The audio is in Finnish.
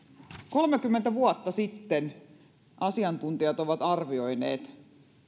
kolmekymmentä vuotta sitten asiantuntijat ovat arvioineet